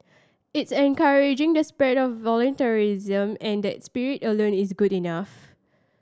it's encouraging the spread of voluntarism and that spirit alone is good enough